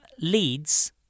leads